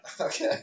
Okay